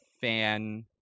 fan